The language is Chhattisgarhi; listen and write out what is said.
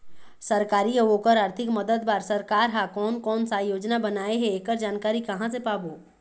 सरकारी अउ ओकर आरथिक मदद बार सरकार हा कोन कौन सा योजना बनाए हे ऐकर जानकारी कहां से पाबो?